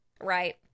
right